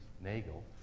Nagel